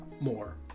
more